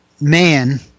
man